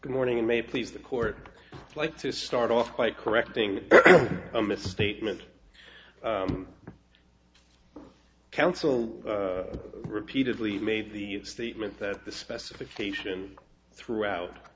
good morning and may please the court like to start off by correcting a misstatement counsel repeatedly made the statement that the specification throughout